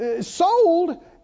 sold